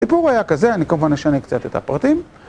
הסיפור היה כזה, אני כמובן אשנה קצת את הפרטים